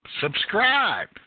subscribe